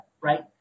Right